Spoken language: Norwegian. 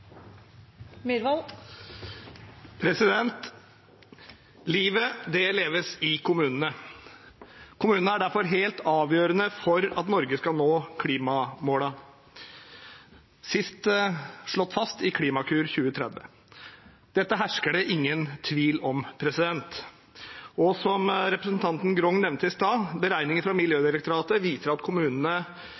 derfor helt avgjørende for at Norge skal nå klimamålene – sist slått fast i Klimakur 2030. Dette hersker det ingen tvil om. Som representanten Grung nevnte i stad, viser beregninger fra Miljødirektoratet at kommunene